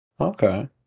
Okay